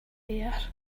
there